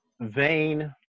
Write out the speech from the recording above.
Vain